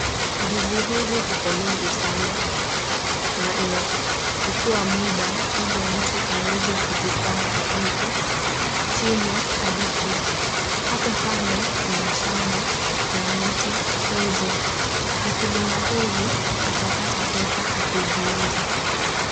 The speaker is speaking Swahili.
Ndizi hizi ziko mingi sana na inachukua muda ili mtu aweze kuzipanga hivi, chini hadi juu. Hapo kando kuna shamba ya miti hizo. Mkulima huyu atapata pesa akiziuza.